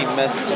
miss